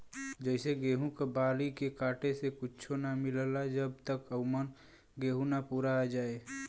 जइसे गेहूं क बाली के काटे से कुच्च्छो ना मिलला जब तक औमन गेंहू ना पूरा आ जाए